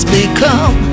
become